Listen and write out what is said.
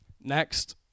Next